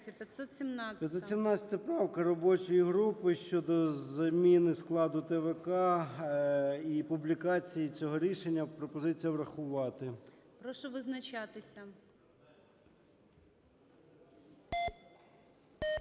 517 правка робочої групи щодо заміни складу ТВК і публікації цього рішення. Пропозиція врахувати. ГОЛОВУЮЧИЙ. Прошу визначатися.